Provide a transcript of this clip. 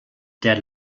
der